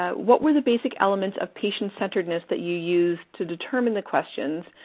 ah what were the basic elements of patient-centeredness that you used to determine the questions?